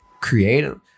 creative